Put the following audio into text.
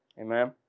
amen